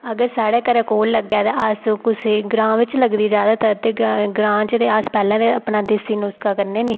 अगर साढ़ै घरै कोल लग्गै ता अस कुसै ग्रां बिच्च लगदी ज्यादतर ते ग्रां बिच्च ते अस पैह्लां अपना देसी नुस्खा करने नीं